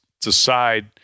decide